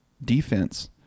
Defense